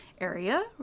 area